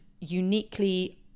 uniquely